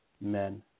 men